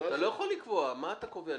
אתה יכול לקבוע, מה אתה קובע?